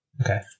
Okay